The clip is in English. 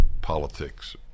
politics